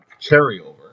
carryover